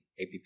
APP